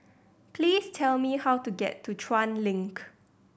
please tell me how to get to Chuan Link